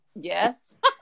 Yes